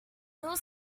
little